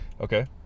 Okay